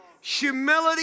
Humility